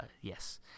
yes